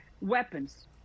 weapons